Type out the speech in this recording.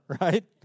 right